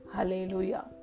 Hallelujah